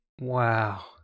Wow